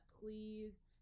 please